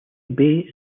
bay